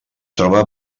troba